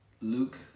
Luke